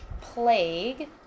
plague